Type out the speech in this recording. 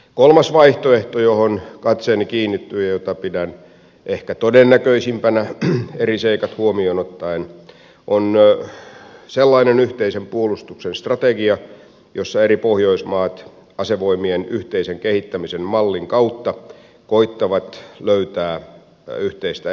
kolmas vaihtoehto johon katseeni kiinnittyy ja jota pidän ehkä todennäköisimpänä eri seikat huomioon ottaen on sellainen yhteisen puolustuksen strategia jossa eri pohjoismaat asevoimien yhteisen kehittämisen mallin kautta koettavat löytää yhteistä etenemistietä